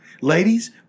Ladies